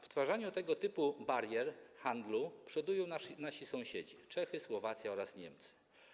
W stwarzaniu tego typu barier w handlu przodują nasi sąsiedzi - Czechy, Słowacja oraz Niemcy.